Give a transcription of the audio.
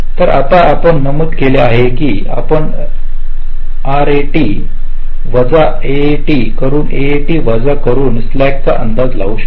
तर आता आपण नमूद केले आहे की आपण रॅट रॅट वजा एएटी वरून एएटी वजा करून स्लॅकचा अंदाज लावू शकतो